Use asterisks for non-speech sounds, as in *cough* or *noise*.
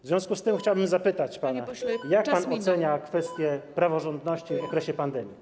W związku z tym *noise* chciałbym zapytać, jak pan ocenia kwestię praworządności w okresie pandemii.